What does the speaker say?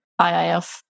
IIF